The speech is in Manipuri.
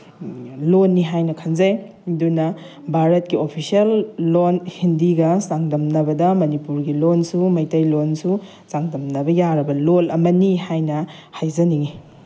ꯂꯣꯟꯅꯤ ꯍꯥꯏꯅ ꯈꯟꯖꯩ ꯑꯗꯨꯅ ꯚꯥꯔꯠꯀꯤ ꯑꯣꯐꯤꯁꯦꯜ ꯂꯣꯟ ꯍꯤꯟꯗꯤꯒ ꯆꯥꯡꯗꯝꯅꯕꯗ ꯃꯅꯤꯄꯨꯔꯒꯤ ꯂꯣꯟꯁꯨ ꯃꯩꯇꯩ ꯂꯣꯟꯁꯨ ꯆꯥꯡꯗꯝꯅꯕ ꯌꯥꯔꯕ ꯂꯣꯟ ꯑꯃꯅꯤ ꯍꯥꯏꯅ ꯍꯥꯏꯖꯅꯤꯡꯉꯤ